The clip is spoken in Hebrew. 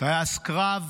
טייס קרב,